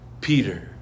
Peter